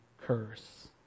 curse